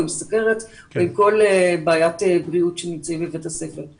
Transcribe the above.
עם סוכרת ועם כל בעיית בריאות שנמצאים בבית הספר.